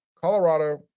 Colorado